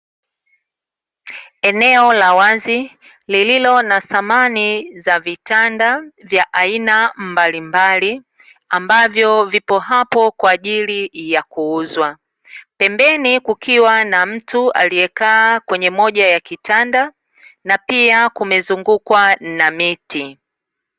Eneo la wazi lililo na samani za vitanda vya aina mbalimbali ambavyo vipo hapo kwa ajili ya kuuzwa. Pembeni kukiwa na mtu aliyekaa kwenye moja ya kitanda na pia kumezungukwa na miti.